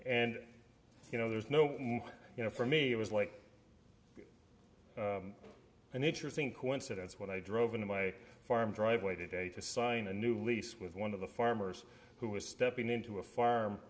and you know there's no you know for me it was like an interesting coincidence when i drove into my farm driveway today to sign a new lease with one of the farmers who was stepping into a farm